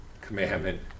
commandment